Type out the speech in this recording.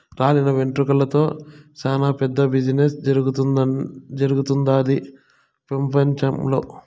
రాలిన వెంట్రుకలతో సేనా పెద్ద బిజినెస్ జరుగుతుండాది పెపంచంల